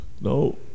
No